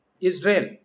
Israel